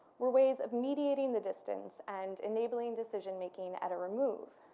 were ways of mediating the distance and enabling decision-making at a remove.